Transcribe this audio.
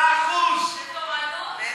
7%. זה